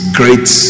great